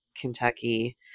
Kentucky